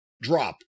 drop